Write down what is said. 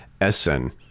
Essen